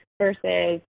versus